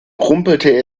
rumpelte